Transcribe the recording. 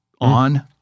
on